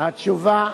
מה התשובה שלו,